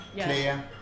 Clear